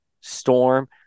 storm